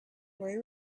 pray